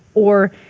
or